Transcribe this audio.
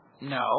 No